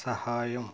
సహాయం